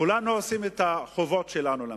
כולנו ממלאים את החובות שלנו למדינה,